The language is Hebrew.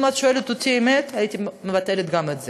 אם את שואלת אותי, הייתי מבטלת גם את זה,